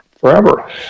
forever